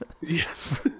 Yes